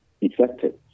effective